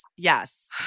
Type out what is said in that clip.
Yes